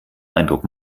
eindruck